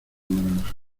naranja